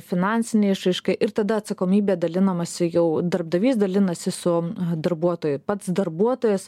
finansinė išraiška ir tada atsakomybė dalinamasi jau darbdavys dalinasi su darbuotoju pats darbuotojas